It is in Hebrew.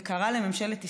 וקרא לממשלת ישראל,